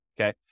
okay